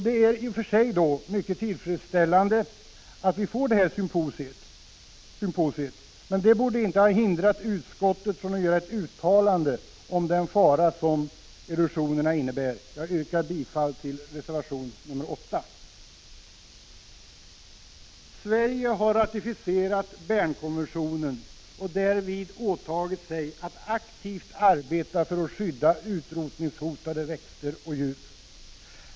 Det är i och för sig tillfredsställande att symposiet skall hållas, men det borde inte ha hindrat utskottet från att göra ett uttalande om den fara som erosionerna innebär. Jag yrkar bifall till reservation 8. Sverige har ratificerat Bernkonventionen och därvid åtagit sig att aktivt arbeta för att skydda utrotningshotade växter och djur.